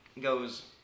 goes